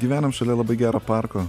gyvenam šalia labai gero parko